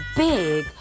big